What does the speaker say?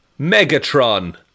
Megatron